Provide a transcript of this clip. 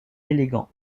élégant